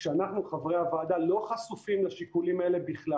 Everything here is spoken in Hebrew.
כשאנחנו חברי הוועדה לא חשופים לשיקולים האלה בכלל,